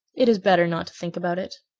it is better not to think about it.